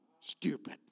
stupid